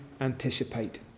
anticipate